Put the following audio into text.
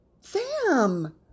Sam